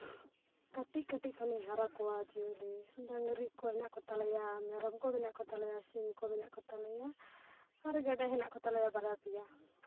ᱠᱟᱹᱴᱤᱡ ᱠᱟᱹᱴᱤᱡ ᱠᱷᱚᱱᱤᱧ ᱦᱟᱨᱟ ᱠᱚᱣᱟ ᱡᱤᱭᱟᱹᱞᱤ ᱰᱟᱝᱨᱤ ᱠᱚ ᱦᱮᱱᱟᱜ ᱠᱚᱛᱟᱞᱮᱭᱟ ᱢᱮᱨᱚᱢ ᱠᱚ ᱢᱮᱱᱟᱜ ᱠᱚᱛᱟ ᱞᱮᱭᱟ ᱥᱤᱢ ᱠᱚ ᱢᱮᱱᱟᱜ ᱠᱚᱛᱟ ᱞᱮᱭᱟ ᱟᱨ ᱜᱮᱰᱮ ᱢᱮᱱᱟᱜ ᱠᱚᱛᱟᱞᱮᱭᱟ ᱵᱟᱨᱭᱟ ᱯᱮᱭᱟ